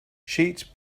sheets